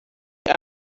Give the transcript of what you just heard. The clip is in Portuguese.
acha